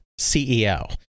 CEO